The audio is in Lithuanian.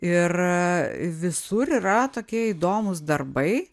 ir visur yra tokie įdomūs darbai